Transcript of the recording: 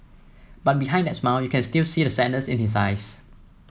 but behind that smile you can still see the sadness in his eyes